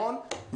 נכון.